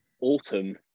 autumn